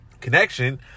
connection